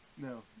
no